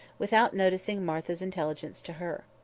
without noticing martha's intelligence to her.